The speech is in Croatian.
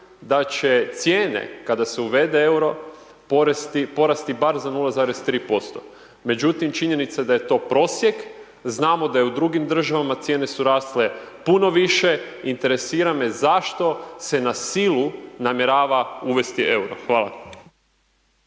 da će cijene kada se uvede EUR-o porasti bar za 0,3%. Međutim, činjenica da je to prosjek, znamo da je u drugim državama, cijene su rasle puno više, interesira me zašto se na silu namjerava uvesti EUR-o? Hvala.